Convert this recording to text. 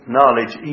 knowledge